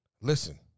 listen